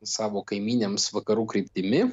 savo kaimynėms vakarų kryptimi